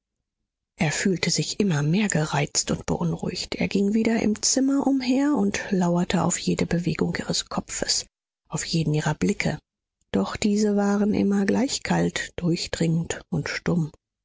er fühlte sich immer mehr gereizt und beunruhigt er ging wieder im zimmer umher und lauerte auf jede bewegung ihres kopfes auf jeden ihrer blicke doch diese waren immer gleich kalt durchdringend und stumm